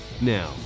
Now